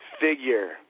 figure